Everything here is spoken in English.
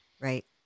Right